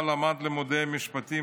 שבה למד לימודי משפטים